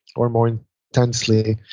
or more intensely.